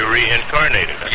reincarnated